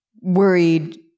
worried